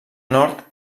nord